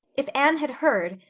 if anne had heard,